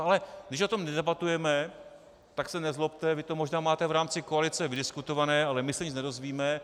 Ale když o tom nedebatujeme, tak se nezlobte, vy to možná máte v rámci koalice vydiskutované, ale my se nic nedozvíme.